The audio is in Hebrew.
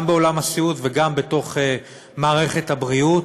גם בעולם הסיעוד וגם בתוך מערכת הבריאות,